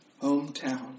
hometown